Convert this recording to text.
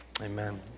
amen